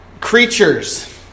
creatures